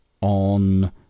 on